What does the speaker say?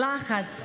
לחץ,